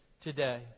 today